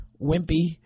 wimpy